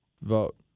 vote